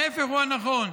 ההפך הוא הנכון,